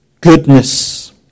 goodness